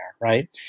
Right